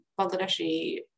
Bangladeshi